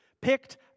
picked